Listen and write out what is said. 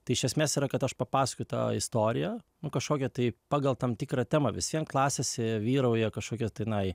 tai iš esmės yra kad aš papasakoju tą istoriją nu kažkokią tai pagal tam tikrą temą vis vien klasėse vyrauja kažkokia tenai